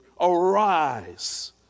arise